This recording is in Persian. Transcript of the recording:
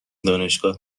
دانشگاه